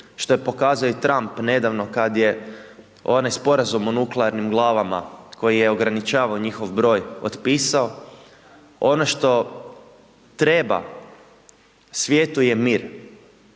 što je pokazao Trump, nedavno kada je onaj sporazum o nuklearnim glavama, koji je ograničavao njihov broj otpisao. Ono što treba, svijetu je mir.